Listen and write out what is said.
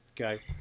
Okay